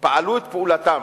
פעלו את פעולתם.